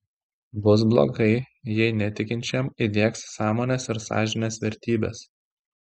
bus blogai jei netikinčiam įdiegs sąmonės ir sąžinės vertybes